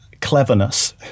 cleverness